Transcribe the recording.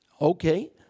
okay